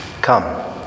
Come